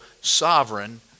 sovereign